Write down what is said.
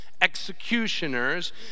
executioners